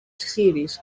series